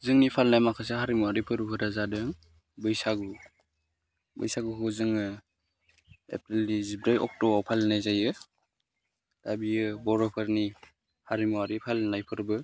जोंनि फारसे माखासे हारिमुआरि फोरबोआ जादों बैसागु बैसागुखौ जोङो एप्रिलनि जिब्रै अक्ट'आव फालिनाय जायो दा बेयो बर'फोरनि हारिमुवारि फालिनाय फोरबो